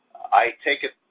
i take it,